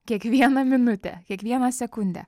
kiekvieną minutę kiekvieną sekundę